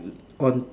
on